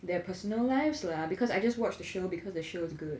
their personal lives lah because I just watch the show because the show is good